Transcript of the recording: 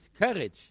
courage